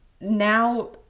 now